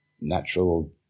natural